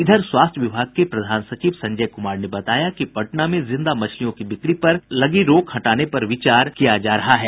इधर स्वास्थ्य विभाग के प्रधान सचिव संजय कुमार ने बताया कि पटना में जिंदा मछलियों की बिक्री पर लगी रोक हटाने पर विभाग विचार कर रहा है